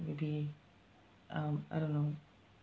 maybe um I don't know